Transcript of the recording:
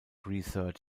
research